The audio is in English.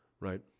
right